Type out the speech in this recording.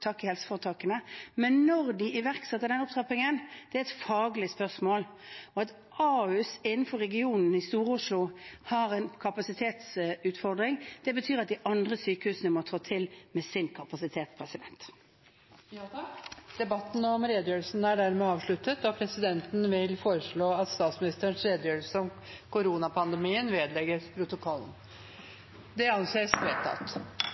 i helseforetakene, men når de iverksetter den opptrappingen, det er et faglig spørsmål. Og det at Ahus innenfor regionen Stor-Oslo har en kapasitetsutfordring, betyr at de andre sykehusene må trå til med sin kapasitet. Debatten om redegjørelsen er dermed avsluttet. Presidenten vil foreslå at statsministerens redegjørelse om koronapandemien vedlegges protokollen. – Det anses vedtatt.